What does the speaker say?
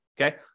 okay